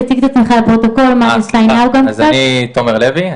תומר לוי.